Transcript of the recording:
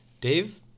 Dave